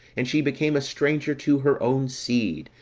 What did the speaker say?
and she became a stranger to her own seed,